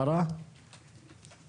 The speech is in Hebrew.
הישיבה ננעלה בשעה 10:35.